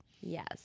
Yes